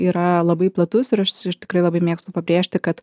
yra labai platus ir aš ir tikrai labai mėgstu pabrėžti kad